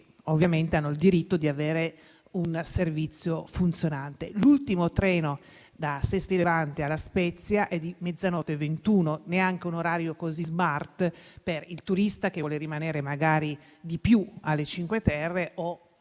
ovviamente hanno il diritto di avere un servizio funzionante. L'ultimo treno da Sestri Levante a La Spezia è alle 00:21, neanche un orario così *smart* per il turista che vuole rimanere, magari, di più alle Cinque Terre,